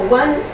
one